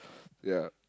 ya